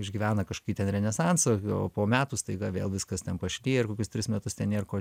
išgyvena kažkokį ten renesansą o po metų staiga vėl viskas ten pašliję ir kokius tris metus ten nėr ko